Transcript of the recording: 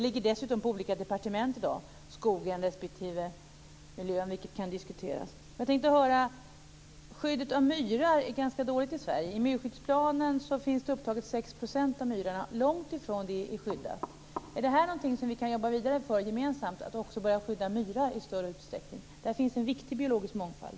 Skogen respektive miljön ligger i dag på två departement, vilket kan diskuteras. Skyddet av myrar är ganska dåligt i Sverige. I miljöskyddsplanen finns upptaget 6 % av myrarna, och långt ifrån det är skyddat. Är det något som vi kan jobba vidare för gemensamt, att också börja skydda myrar i större utsträckning? Där finns en viktig biologisk mångfald.